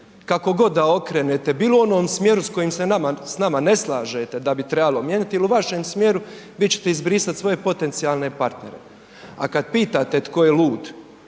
kako god da okrenete bilo u onom smjeru s kojim se s nama ne slažete da bi trebalo mijenjati ili u vašem smjeru vi ćete izbrisati svoje potencijalne partnere. A kad pitate tko je lud,